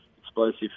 explosive